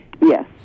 Yes